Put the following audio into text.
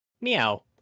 Meow